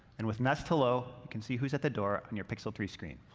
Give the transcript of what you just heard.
and with nest hello, you can see who's at the door on your pixel three screen.